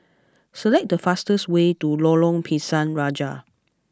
select the fastest way to Lorong Pisang Raja